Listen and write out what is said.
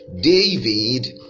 David